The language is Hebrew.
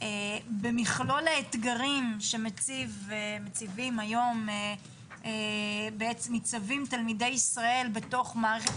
במכלול האתגרים שמציבים היום בעצם ניצבים תלמידי ישראל בתוך מערכת